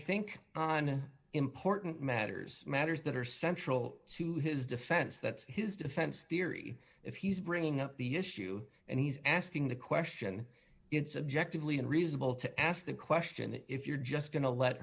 think on important matters matters that are central to his defense that's his defense theory if he's bringing up the issue and he's asking the question it's subjectively unreasonable to ask the question if you're just go